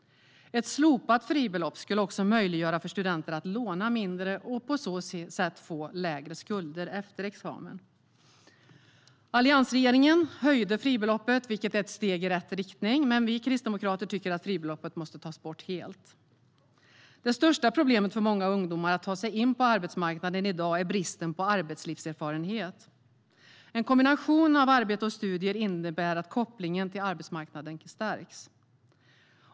Ett slopat fribelopp skulle också möjliggöra för studenter att låna mindre och på så sätt få lägre skulder efter examen. Alliansregeringen höjde fribeloppet, vilket var ett steg i rätt riktning, men vi kristdemokrater tycker att fribeloppet måste tas bort helt. Det största problemet för många ungdomar som ska ta sig in på arbetsmarknaden i dag är bristen på arbetslivserfarenhet. En kombination av arbete och studier innebär att kopplingen till arbetsmarknaden stärks.